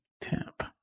temp